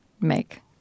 make